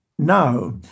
Now